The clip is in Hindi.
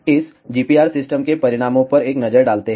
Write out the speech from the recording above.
इस GPR सिस्टम के परिणामों पर एक नजर डालते हैं